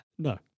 No